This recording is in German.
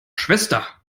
schwester